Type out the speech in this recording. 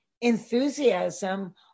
enthusiasm